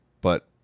but-